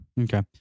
Okay